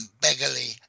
beggarly